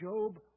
Job